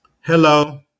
Hello